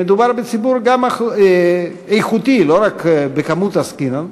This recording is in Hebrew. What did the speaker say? מדובר גם בציבור איכותי, לא רק בכמות עסקינן,